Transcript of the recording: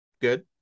Good